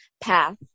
path